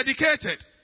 educated